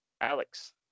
Alex